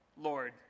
Lord